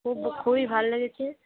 খুব খুবই ভালো লেগেছে